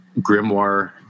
grimoire